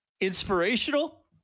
Inspirational